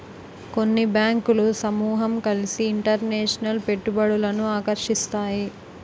కొన్ని బ్యాంకులు సమూహం కలిసి ఇంటర్నేషనల్ పెట్టుబడులను ఆకర్షిస్తాయి